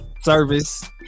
service